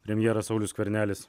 premjeras saulius skvernelis